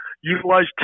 utilize